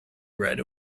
right